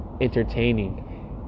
entertaining